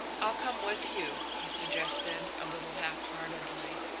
i'll come with you, he suggested, a little halfheartedly.